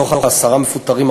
מעשרת המפוטרים,